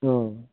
औ